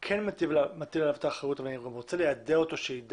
כן מטיל עליו את האחריות אבל אני גם רוצה ליידע אותו שידע,